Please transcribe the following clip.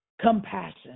compassion